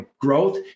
growth